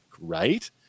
right